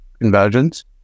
convergence